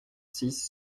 six